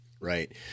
Right